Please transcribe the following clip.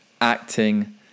acting